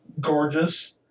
gorgeous